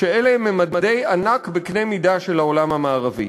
אלה הם ממדי ענק בקנה-מידה של העולם המערבי.